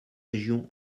région